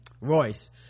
Royce